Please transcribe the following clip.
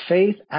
Faith